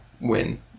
win